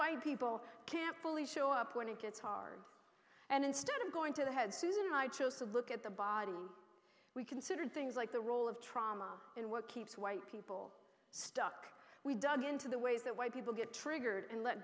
white people can't fully show up when it gets hard and instead of going to the head susan and i chose to look at the body we considered things like the role of trauma and what keeps white people stuck we dug into the ways that white people get triggered and let